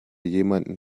jemanden